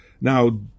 Now